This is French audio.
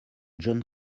john